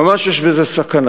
כמובן שיש בזה סכנה,